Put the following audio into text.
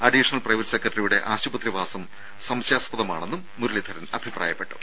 additional private സെക്രട്ടറിയുടെ ആശുപത്രി വാസം സംശയാസ്പദമാണെന്നും മുരളീധരൻ അഭിപ്രായപ്പെട്ടു